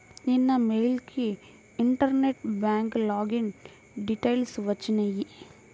నిన్న మెయిల్ కి internet bank login details వచ్చినియ్యి